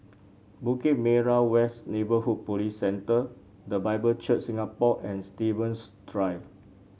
Bukit Merah West Neighbourhood Police Centre The Bible Church Singapore and Stevens Drive